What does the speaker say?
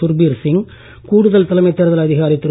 சுர்பீர் சிங் கூடுதல் தலைமை தேர்தல் அதிகாரி திரு